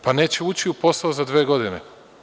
Pa, neće ući u posao za dve godine.